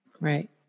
Right